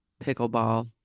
pickleball